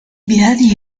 بهذه